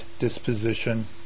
disposition